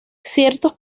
ciertos